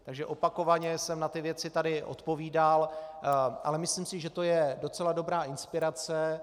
Takže opakovaně jsem na ty věci tady odpovídal, ale myslím si, že to je docela dobrá inspirace.